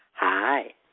Hi